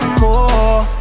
more